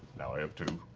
now i have two.